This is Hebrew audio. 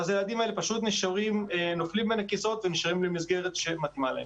ואז הילדים האלה פשוט נופלים בין הכיסאות ונשארים בלי מסגרת מתאימה להם.